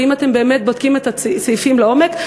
והאם אתם באמת בודקים את הסעיפים לעומק?